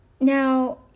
Now